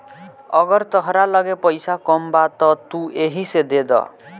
अगर तहरा लगे पईसा कम बा त तू एही से देद